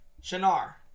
Shinar